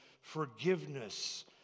Forgiveness